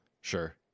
Sure